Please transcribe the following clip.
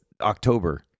October